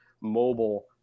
mobile